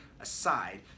aside